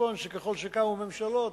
חשבון שככל שקמו ממשלות,